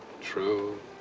True